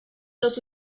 los